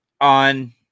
on